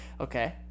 Okay